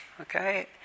Okay